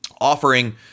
offering